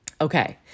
Okay